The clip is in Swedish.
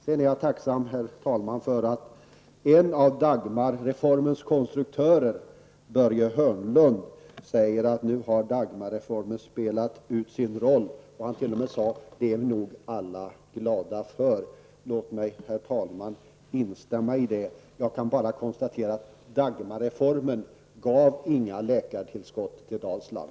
Jag är tacksam för att en av Dagmarreformens konstruktörer, Börje Hörnlund, anser att Dagmarreformen har spelat ut sin roll. Han trodde t.o.m. att vi alla är glada för det. Jag instämmer och konstaterar att Dagmarreformen gav inget tillskott av läkare till Dalsland.